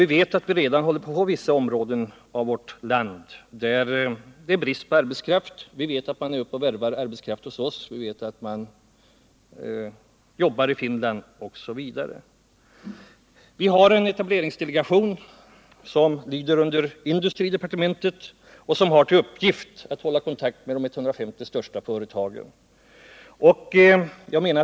Vi vet att man till vissa områden av vårt land där det är brist på arbetskraft värvar personal. Det sker uppe hos oss, och det sker också i Finland och andra länder. Vi har en etableringsdelegation, som lyder under industridepartementet och som har till uppgift att hålla kontakt med de 150 största företagen.